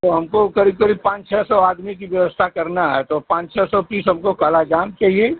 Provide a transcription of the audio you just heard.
तो हमको करीब करीब पाँच छः सौ आदमी की व्यवस्था करना है तो पाँच छः सौ पीस हमको काला जाम चाहिए